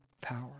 power